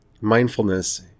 Mindfulness